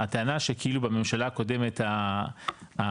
הטענה שכאילו בממשלה הקודמת הדברים,